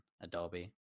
Adobe